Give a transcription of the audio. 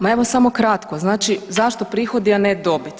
Ma evo samo kratko, znači, zašto prihodi a ne dobit.